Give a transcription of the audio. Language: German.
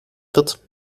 wird